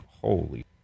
holy